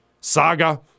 saga